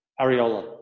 Ariola